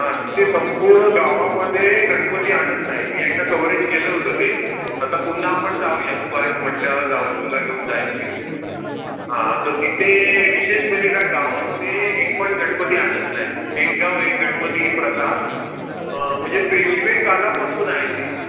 हां तिथे संपूर्ण गावामध्ये गणपती आणत नाही मी एकदा कवरेज केलं होतं ते आता पुन्हा आपण जाऊ या तू आहेस म्हटल्यावर जाऊच तुला घेऊन जाईन मी हां तर तिथे विशेष म्हणजे काय गावामध्ये एक पण गणपती आणत नाही एक गाव एक गणपती ही प्रथा म्हणजे पेशवे कालापासून आहे ते